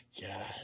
God